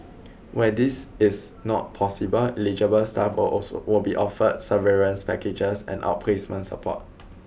where this is not possible eligible staff will will be offered severance packages and outplacement support